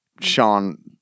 Sean